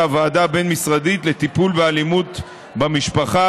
הוועדה הבין-משרדית לטיפול באלימות במשפחה,